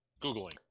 Googling